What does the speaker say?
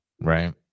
Right